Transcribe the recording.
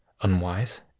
unwise